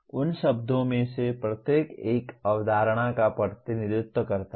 उन शब्दों में से प्रत्येक एक अवधारणा का प्रतिनिधित्व करता है